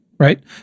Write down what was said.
right